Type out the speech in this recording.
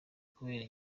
kubera